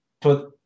put